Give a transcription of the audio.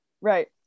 right